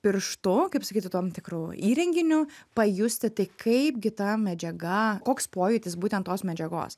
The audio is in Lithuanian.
pirštu kaip sakyti tuom tikru įrenginiu pajusti tai kaip gi ta medžiaga koks pojūtis būtent tos medžiagos